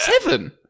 Seven